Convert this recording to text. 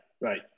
right